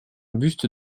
buste